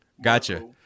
Gotcha